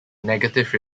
negative